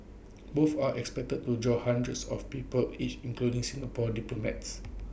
both are expected to draw hundreds of people each including Singapore diplomats